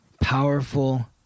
powerful